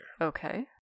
Okay